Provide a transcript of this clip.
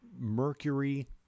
Mercury